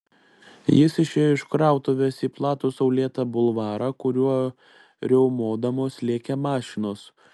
jis išėjo iš krautuvės į platų saulėtą bulvarą kuriuo riaumodamos lėkė mašinos